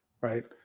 right